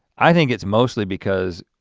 i think it's mostly because,